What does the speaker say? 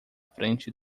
frente